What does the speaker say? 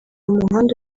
umuhanda